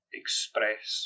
express